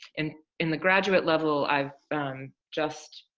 and in the graduate level, i've just,